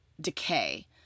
Decay